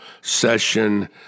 session